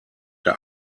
der